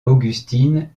augustine